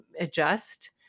adjust